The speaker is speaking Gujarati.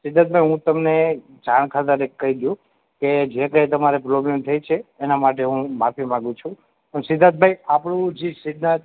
સિદ્ધાર્થ ભાઈ હું તમને જાણકારી ખાતે કહી દઉં કે જે કઇ પણ તમારે પ્રોબ્લમ થઇ છે એના માટે હું માફી માગું છું અને સિદ્ધાર્થભાઈ આપણું જે સિદ્ધાર્થ